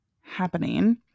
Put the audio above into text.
happening